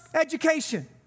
education